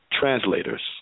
translators